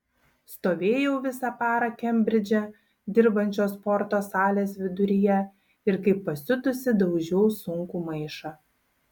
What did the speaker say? stovėjau visą parą kembridže dirbančios sporto salės viduryje ir kaip pasiutusi daužiau sunkų maišą